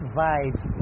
vibes